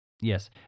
Yes